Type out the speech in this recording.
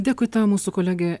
dėkui tau mūsų kolegė